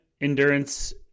endurance